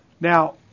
Now